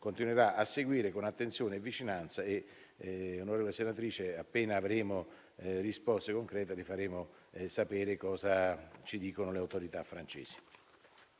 continuerà a seguire con attenzione e vicinanza e, onorevole senatrice, appena avremo risposte concrete, le faremo sapere cosa ci dicono le autorità francesi.